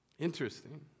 Interesting